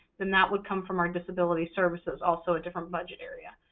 then that would come from our disability services, also a different budget area.